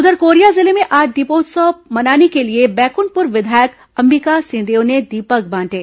उधर कोरिया जिले में आज दीपोत्सव मनाने के लिए बैकुंठपुर विधायक अंबिका सिंहदेव ने दीपक बांटे